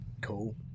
cool